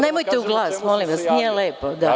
Nemojte u glas, molim vas, nije lepo.